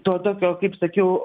to tokio kaip sakiau